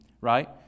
right